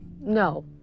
no